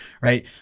Right